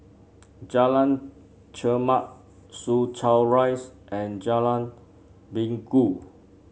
Jalan Chermat Soo Chow Rise and Jalan Minggu